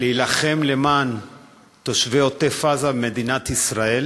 להילחם למען תושבי עוטף-עזה ומדינת ישראל